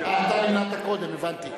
אתה נמנעת קודם, הבנתי.